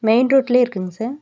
main ரோட்லேயே இருக்குங்க sir